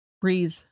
breathe